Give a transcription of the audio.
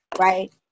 right